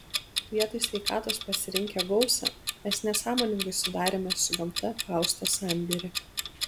vietoj sveikatos pasirinkę gausą mes nesąmoningai sudarėme su gamta fausto sandėrį